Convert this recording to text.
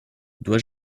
dois